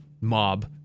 mob